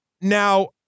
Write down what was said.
now